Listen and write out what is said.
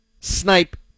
Snipe